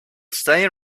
stay